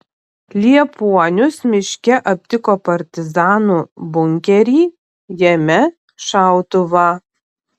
liepuonius miške aptiko partizanų bunkerį jame šautuvą